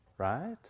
Right